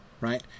right